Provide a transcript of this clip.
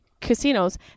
casinos